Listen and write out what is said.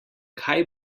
kaj